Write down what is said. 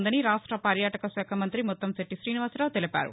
ఉందని రాష్ట్ర పర్యాటకశాఖ మంగ్రి ముత్తంశెట్టి గ్రీనివాసరావు తెలిపారు